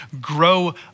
grow